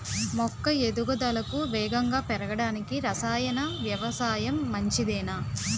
మొక్క ఎదుగుదలకు వేగంగా పెరగడానికి, రసాయన వ్యవసాయం మంచిదేనా?